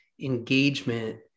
engagement